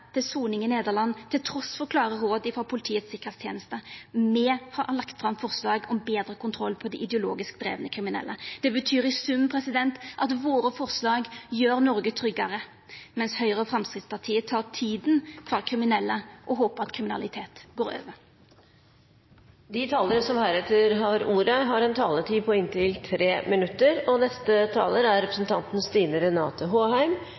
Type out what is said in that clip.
til soning i Nederland, trass i klare råd frå Politiets tryggingsteneste. Me har lagt fram forslag om betre kontroll på dei ideologisk drivne kriminelle. Det betyr i sum at våre forslag gjer Noreg tryggare, mens Høgre og Framstegspartiet tek tida frå kriminelle og håper at kriminalitet går over. De talere som heretter får ordet, har en taletid på inntil